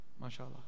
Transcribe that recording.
Mashallah